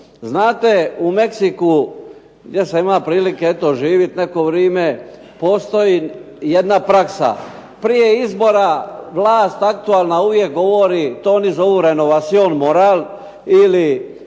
Znate, u Meksiku, ja sam imao prilike eto živit neko vrime, postoji jedna praksa. Prije izbora vlast aktualna uvijek govori, to oni zovu … /Govornik